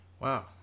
Wow